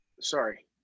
sorry